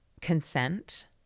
consent